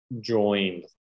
joined